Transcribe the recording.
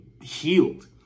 healed